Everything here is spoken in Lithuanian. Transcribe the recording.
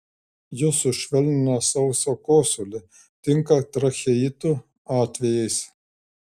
jos sušvelnina sausą kosulį tinka tracheitų atvejais